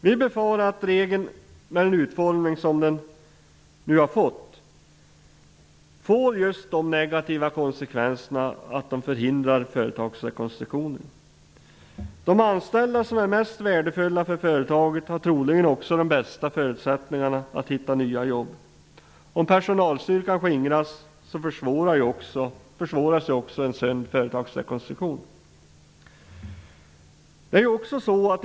Vi befarar att regeln, med den utformning som den nu har fått, får just de negativa konsekvenserna att företagsrekonstruktioner förhindras. De anställda som är mest värdefulla för företaget har troligen också de bästa förutsättningarna att hitta nya jobb. Om personalstyrkan skingras, försvåras också en sund företagsrekonstruktion.